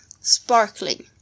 sparkling